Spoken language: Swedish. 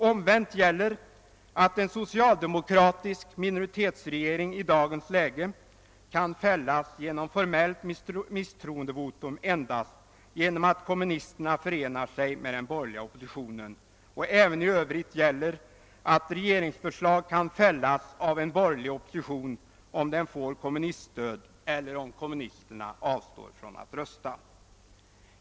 Omvänt gäller att en socialdemokratisk minoritetsregering i dagens läge kan fällas genom formellt misstroendevotum endast genom att kommunisterna förenar sig med den borgerliga oppositionen. Även i övrigt gäller att regeringsförslag kan fällas av en borgerlig opposition om den får kommuniststöd eller om kommunisterna avstår från att rösta.